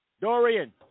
Dorian